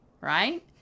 right